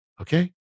okay